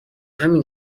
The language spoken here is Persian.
همین